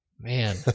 Man